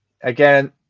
again